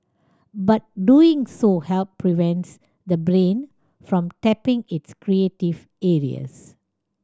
but doing so have prevents the brain from tapping its creative areas